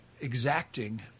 exacting